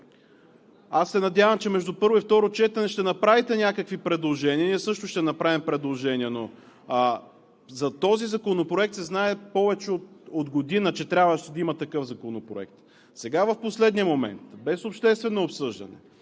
Аз се надявам, че между първо и второ четене ще направите някакви предложения, ние също ще направим предложения, но за този законопроект се знае повече от година, че трябваше да има такъв. Сега в последния момент, без обществено обсъждане,